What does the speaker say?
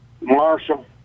Marshall